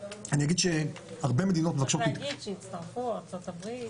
אני אגיד שהרבה מדינות מבקשות --- צריך להגיד שהצטרפו ארצות הברית,